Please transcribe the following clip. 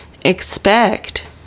expect